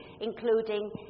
including